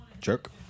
Jerk